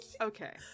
Okay